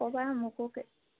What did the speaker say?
ক'বা মোকো